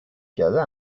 کرده